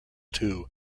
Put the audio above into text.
too